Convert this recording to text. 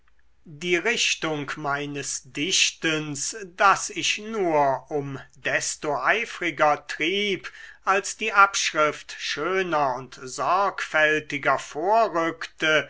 die richtung meines dichtens das ich nur um desto eifriger trieb als die abschrift schöner und sorgfältiger vorrückte